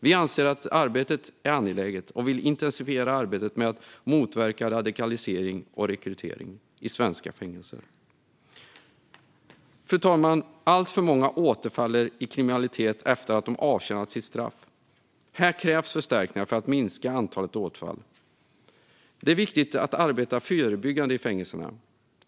Vi anser att arbetet är angeläget och vill intensifiera arbetet med att motverka radikalisering och rekrytering i svenska fängelser. Fru talman! Alltför många återfaller i kriminalitet efter att de har avtjänat sitt straff. Här krävs förstärkningar för att minska antalet återfall. Det är viktigt att arbeta förebyggande i fängelserna.